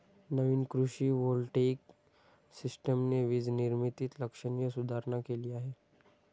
नवीन कृषी व्होल्टेइक सिस्टमने वीज निर्मितीत लक्षणीय सुधारणा केली आहे